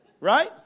Right